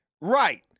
Right